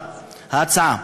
אבל ההצעה,